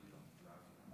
כבוד היושב-ראש,